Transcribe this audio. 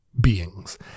beings